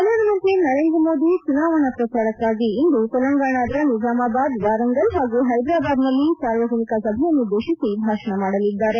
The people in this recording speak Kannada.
ಪ್ರಧಾನಮಂತ್ರಿ ನರೇಂದ್ರ ಮೋದಿ ಚುನಾವಣಾ ಪ್ರಚಾರಕ್ನಾಗಿ ಇಂದು ತೆಲಂಗಾಣದ ನಿಜಾಮಾಬಾದ್ ವಾರಂಗಲ್ ಹಾಗೂ ಹೈದರಾಬಾದ್ನಲ್ಲಿ ಸಾರ್ವಜನಿಕ ಸಭೆಯನ್ನು ಉದ್ದೇಶಿಸಿ ಭಾಷಣ ಮಾಡಲಿದ್ದಾರೆ